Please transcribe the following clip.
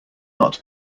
not